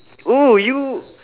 oh you